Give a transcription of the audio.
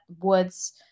Woods